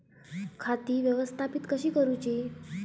खाती व्यवस्थापित कशी करूची?